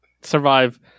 survive